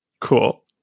Cool